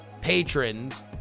patrons